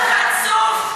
אתה חצוף.